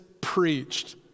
preached